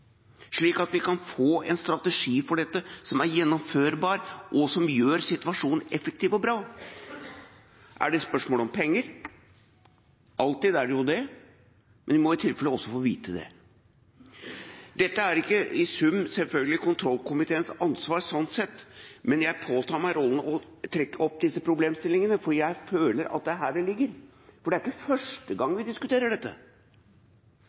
slik at vi kan få en strategi for dette som er gjennomførbar, og som gjør situasjonen effektiv og bra. Er det spørsmål om penger? Alltid er det jo det, men vi må i tilfelle også få vite det. Dette er selvfølgelig ikke i sum kontrollkomiteens ansvar sånn sett, men jeg påtar meg rollen å trekke opp disse problemstillingene, fordi jeg føler at det er her det ligger. Og det er ikke første gang vi diskuterer dette.